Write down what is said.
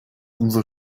umso